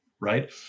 Right